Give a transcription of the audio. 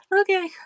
Okay